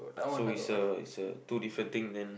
so it's a it's a two different then